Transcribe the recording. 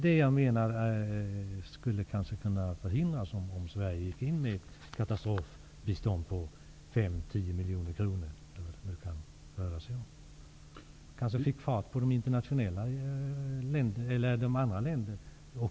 Det skulle kanske kunna förhindras om Sverige gick in med ett katastrofbistånd på 5--10 miljoner kronor, eller vad det kan röra sig om. Det skulle kanske också sätta fart på de andra länderna.